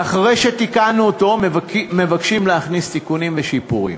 ואחרי שתיקנו אותו מבקשים להכניס תיקונים ושיפורים.